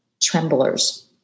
tremblers